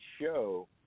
show